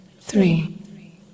Three